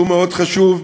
שהוא מאוד חשוב,